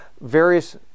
various